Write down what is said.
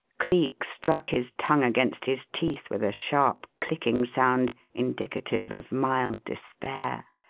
cleek struck his tongue against his teeth with a sharp, clicking sound indicative of mild despair.